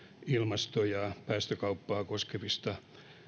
ilmasto ja ja päästökauppaa koskevista